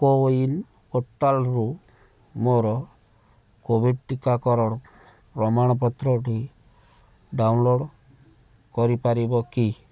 CoWIN ପୋର୍ଟାଲ୍ରୁ ମୋର Covid ଟିକାକରଣ ପ୍ରମାଣପତ୍ରଟି ଡାଉନଲୋଡ୍ କରିପାରିବ କି